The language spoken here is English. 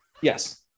Yes